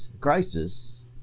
crisis